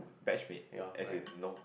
batch mate as in no